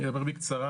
אני אדבר בקצרה,